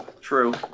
True